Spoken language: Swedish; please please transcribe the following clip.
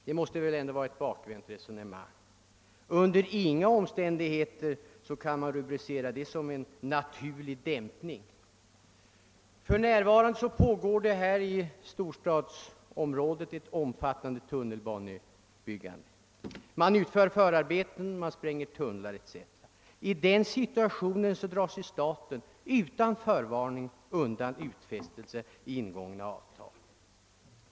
Det måste vara ett bakvänt resonemang. Under inga omständigheter kan det rubriceras som en naturlig dämpning. För närvarande pågår det här i Storstockholmsområdet ett omfattande tunnelbanebygge. Man utför förarbeten, spränger tunnlar etc. Och i den situa tionen drar sig staten utan förvarning undan en gjord utfästelse i ett ingånget avtal.